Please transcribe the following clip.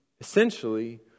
essentially